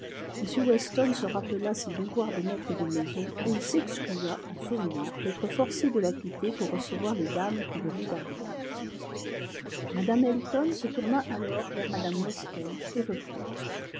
m weston se rappela ses devoirs de maître de maison et il s'excusa en souriant d'être forcé de la quitter pour recevoir les dames qui venaient d'arriver mme elton se tourna alors vers mme weston et reprit